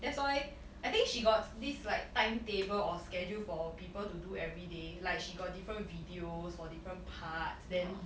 that's why I think she got this like timetable or schedule for people to do everyday like she got different videos for different parts then